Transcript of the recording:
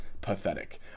pathetic